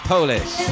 Polish